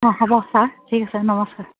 অঁ হ'ব ছাৰ ঠিক আছে নমস্কাৰ